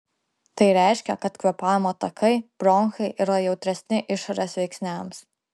tai reiškia kad kvėpavimo takai bronchai yra jautresni išorės veiksniams